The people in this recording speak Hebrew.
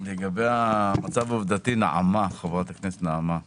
לגבי המצב העובדתי, חברת הכנסת נעמה לזימי,